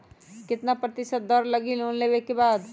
कितना प्रतिशत दर लगी लोन लेबे के बाद?